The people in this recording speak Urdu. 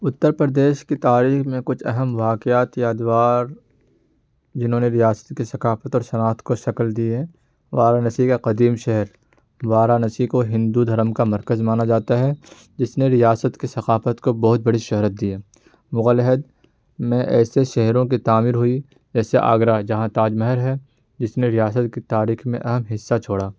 اتر پردیش کی تاریخ میں کچھ اہم واقعات یا ادوار جنہوں نے ریاست کی ثقافت اور صناعت کو شکل دی ہے وارانسی کا قدیم شہر وارانسی کو ہندو دھرم کا مرکز مانا جاتا ہے جس نے ریاست کے ثقافت کو بہت بڑی شہرت دی ہے مغل عہد میں ایسے شہروں کی تعمیر ہوئی جیسے آگرہ جہاں تاج محل ہے جس نے ریاست کی تاریخ میں اہم حصہ چھوڑا